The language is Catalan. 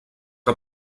que